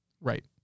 Right